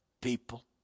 people